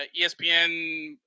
espn